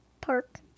Park